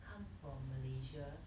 come from malaysia